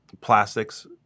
plastics